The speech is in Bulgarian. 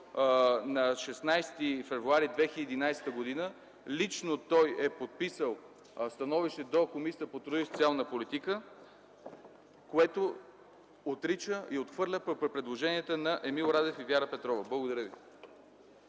на 16 февруари 2011 г. лично е подписал становище до Комисията по труда и социалната политика, което отрича и отхвърля предложенията на Емил Радев и Вяра Петрова. Благодаря ви.